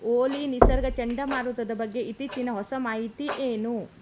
ಓಲಿ ನಿಸರ್ಗ ಚಂಡಮಾರುತದ ಬಗ್ಗೆ ಇತ್ತೀಚಿನ ಹೊಸ ಮಾಹಿತಿ ಏನು